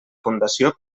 fundació